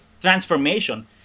transformation